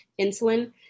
insulin